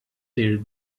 their